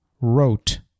wrote